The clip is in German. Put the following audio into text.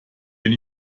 bin